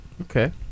Okay